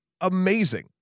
amazing